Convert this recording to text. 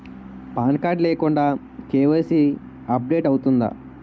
Pan card లేకుండా KYC update అవుతుందా?